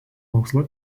mokslo